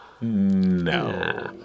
No